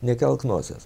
nekelk nosies